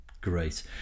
Great